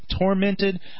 tormented